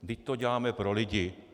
Vždyť to děláme pro lidi.